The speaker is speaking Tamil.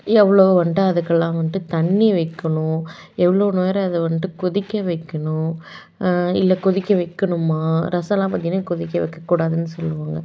எவ்வளோ வந்துட்டு அதுக்கெல்லாம் வந்துட்டு தண்ணி வைக்கணும் எவ்வளோ நேரம் இதை வந்துட்டு கொதிக்க வைக்கணும் இல்லை கொதிக்க வைக்கணுமா ரசலாம் பார்த்தீங்கன்னா கொதிக்க வைக்கக்கூடாதுன்னு சொல்வாங்க